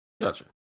Gotcha